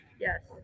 Yes